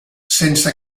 sense